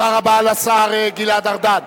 תודה רבה לשר גלעד ארדן.